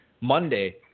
Monday